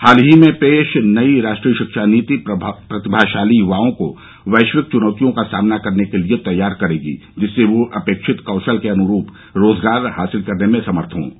हाल ही में पेश नई राष्ट्रीय शिक्षा नीति प्रतिभाशाली युवाओं को वैश्विक चुनौतियों का सामना करने के लिए तैयार करेगी जिससे वह अपेक्षित कौशल के अनुरूप रोजगार हासिल करने में समर्थ होंगे